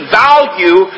value